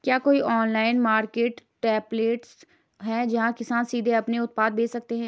क्या कोई online marketplace है, जहां किसान सीधे अपने उत्पाद बेच सकते हैं?